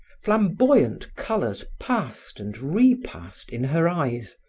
flamboyant colors passed and repassed in her eyes.